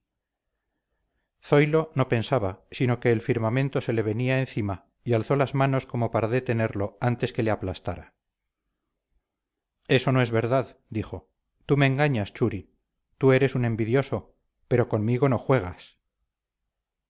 piensas zoilo no pensaba sino que el firmamento se le venía encima y alzó las manos como para detenerlo antes que le aplastara eso no es verdad dijo tú me engañas churi tú eres un envidioso pero conmigo no juegas